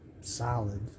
solid